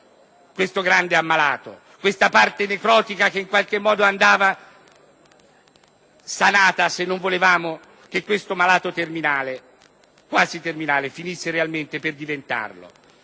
questo grande malato, questa parte necrotica che in qualche modo andava sanata se non volevamo che un malato quasi terminale finisse per diventarlo